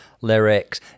lyrics